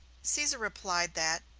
caesar replied that,